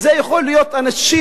זה יכול להיות אנשים,